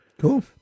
Cool